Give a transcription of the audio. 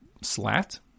slat